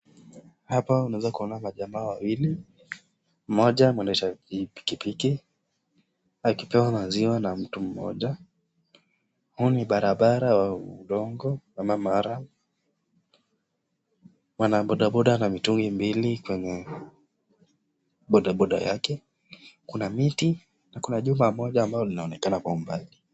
Hapa unaweza kuona majama wawili, moja mwendesha pikipiki, akipewa maziwa na mtu moja. Huu ni barabara ya udongo ua maram, wanabodaboda na mitungi mbili kwenye bodaboda yake. Kuna miti na kuna jumba moja ambao linaonekana kwa mbali.